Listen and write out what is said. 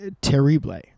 terrible